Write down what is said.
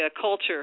culture